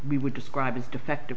we would describe as defective